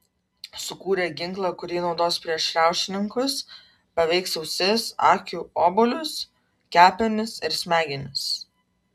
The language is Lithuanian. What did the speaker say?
sukūrė ginklą kurį naudos prieš riaušininkus paveiks ausis akių obuolius kepenis ir smegenis